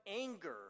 anger